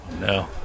No